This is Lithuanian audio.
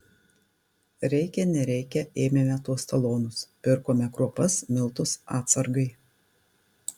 reikia nereikia ėmėme tuos talonus pirkome kruopas miltus atsargai